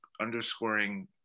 underscoring